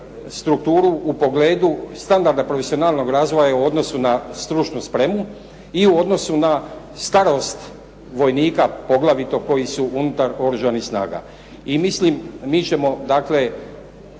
strukturu u pogledu standarda profesionalnog razvoja u odnosu na stručnu spremu i u odnosu na starost vojnika poglavito koji su unutar Oružanih snaga. I mislim mi ćemo dakle,